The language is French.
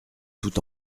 tout